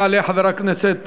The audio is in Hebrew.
יעלה חבר הכנסת